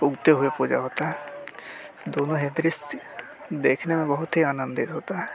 उगते हुए पूजा होता है दोनों ही दृश्य देखने में बहुत ही आनंदित होता है